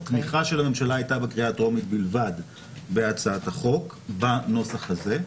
התמיכה של הממשלה הייתה בקריאה הטרומית בלבד בהצעת החוק בנוסח הזה.